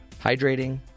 hydrating